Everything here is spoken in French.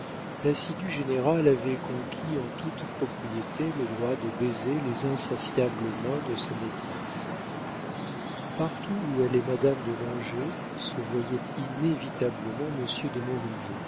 l'assidu général avait conquis en toute propriété le droit de baiser les insatiables mains de sa maîtresse partout où allait madame de langeais se voyait inévitablement monsieur de